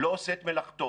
לא עושה את מלאכתו.